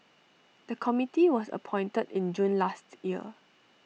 the committee was appointed in June last year